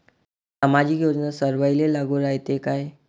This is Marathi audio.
सामाजिक योजना सर्वाईले लागू रायते काय?